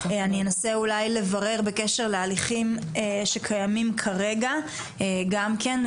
אני אנסה אולי לברר בקשר להליכים שקיימים כרגע גם כן,